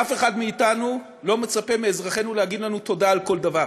אף אחד מאתנו לא מצפה מאזרחינו להגיד לנו תודה על כל דבר.